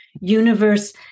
Universe